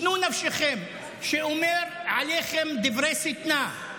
שנוא נפשכם, שאומר עליכם דברי שטנה,